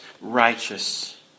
righteous